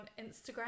Instagram